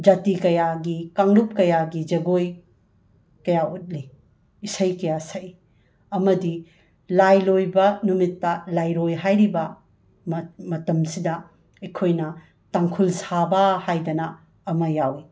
ꯖꯥꯇꯤ ꯀꯌꯥꯒꯤ ꯀꯥꯡꯂꯨꯞ ꯀꯌꯥꯒꯤ ꯖꯒꯣꯏ ꯀꯌꯥ ꯎꯠꯂꯤ ꯏꯁꯩ ꯀꯌꯥ ꯁꯛꯏ ꯑꯃꯗꯤ ꯂꯥꯏ ꯂꯣꯏꯕ ꯅꯨꯃꯤꯠꯇ ꯂꯥꯏꯔꯣꯏ ꯍꯥꯏꯔꯤꯕ ꯃꯇꯝꯁꯤꯗ ꯑꯩꯈꯣꯏꯅ ꯇꯥꯡꯈꯨꯜ ꯁꯥꯕ ꯍꯥꯏꯗꯅ ꯑꯃ ꯌꯥꯎꯏ